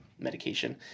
Medication